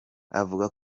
avuga